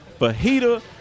fajita